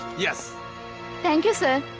yes thank you sir.